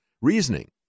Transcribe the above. reasoning